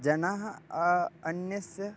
जनाः अन्यस्य